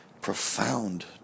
Profound